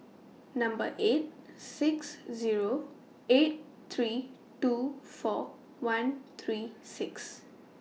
Number eight six Zero eight three two four one three six